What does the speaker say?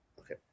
Okay